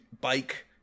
bike